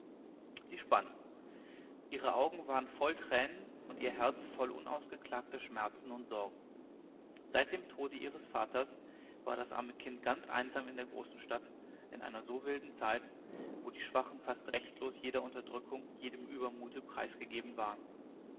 sie spann ihre augen waren voll tränen und ihr herz voll unausgeklagter schmerzen und sorgen seit dem tode ihres vaters war das arme kind ganz einsam in der großen stadt in einer so wilden zeit wo die schwachen fast rechtlos jeder unterdrückung jedem übermut preisgegeben waren